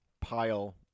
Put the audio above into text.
pile